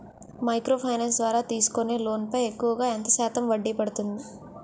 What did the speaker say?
Micro finance ద్వారా తీసుకునే loan పై ఎక్కువుగా ఎంత శాతం వడ్డీ పడుతుంది?